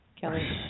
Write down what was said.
Kelly